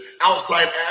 outside